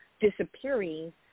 disappearing